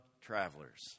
travelers